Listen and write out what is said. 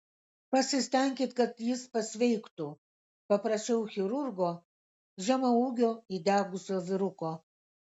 pasistenkit kad jis pasveiktų paprašiau chirurgo žemaūgio įdegusio vyruko